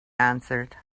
answered